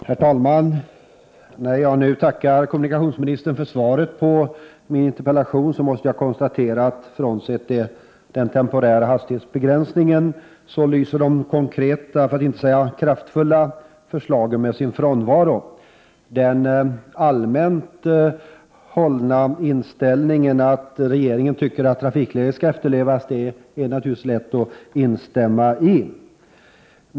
Herr talman! När jag nu tackar kommunikationsministern för svaret på min interpellation, måste jag konstatera att frånsett den temporära hastighetsbegränsningen lyser de konkreta förslagen med sin frånvaro. Den allmänt hållna inställningen att trafikregler skall efterlevas är lätt att instämma i.